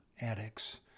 Addicts